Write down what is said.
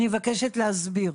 אני מבקשת להסביר.